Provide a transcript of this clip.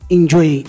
Enjoy